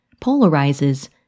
polarizes